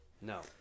No